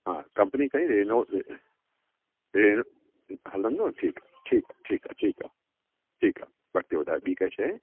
हा कंपनी काई रिनोड रिनो हलंदो आहे ठीकु आहे ठीकु आहे ठीकु आहे ठीकु आहे ठीकु आहे बाक़ी ॿुधायो बि काई शइ